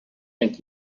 and